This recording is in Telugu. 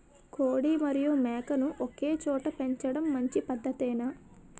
కోడి మరియు మేక ను ఒకేచోట పెంచడం మంచి పద్ధతేనా?